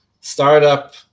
startup